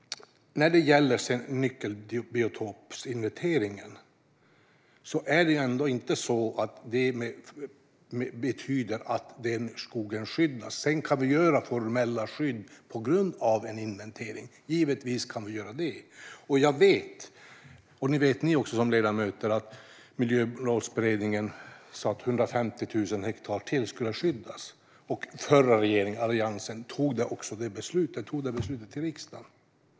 Nyckelbiotopsinventeringen innebär inte att den berörda skogen skyddas. Vi kan dock sedan införa formella skydd på grundval av inventeringen, och det ska vi givetvis göra. Jag vet - och det vet ni också som ledamöter - att Miljömålsberedningen sa att 150 000 hektar till skulle skyddas. Den tidigare alliansregeringen tog också det beslutet till riksdagen.